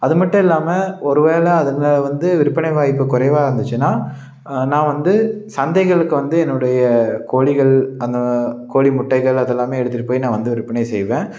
அதுமட்டும் இல்லாமல் ஒரு வேளை அதில் வந்து விற்பனை வாய்ப்பு குறைவா இருந்துச்சுனால் நான் வந்து சந்தைகளுக்கு வந்து என்னுடைய கோழிகள் அந்த கோழி முட்டைகள் அதெல்லாமே எடுத்துகிட்டு போய் நான் வந்து விற்பனை செய்வேன்